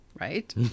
right